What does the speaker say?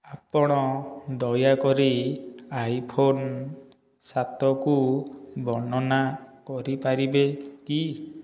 ଆପଣ ଦୟାକରି ଆଇଫୋନ୍ ସାତକୁ ବର୍ଣ୍ଣନା କରିପାରିବେ କି